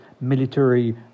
military